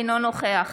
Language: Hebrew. אינו נוכח